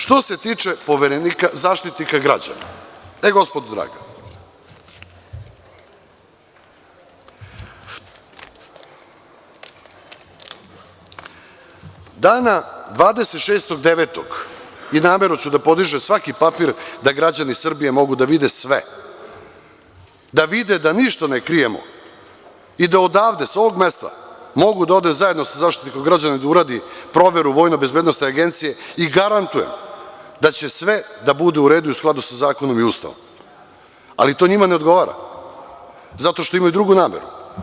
Što se tiče Zaštitnika građana, gospodo draga, dana 26.09., i namerno ću da podižem svaki papir da građani Srbije mogu da vide sve, da vide da ništa ne krijemo i da odavde sa ovog mesta mogu da odu zajedno sa Zaštitnikom građana da uradi proveru VBA i garantujem da će sve da bude u redu i u skladu sa zakonom i Ustavom, ali to njima ne odgovara zato što imaju drugu nameru.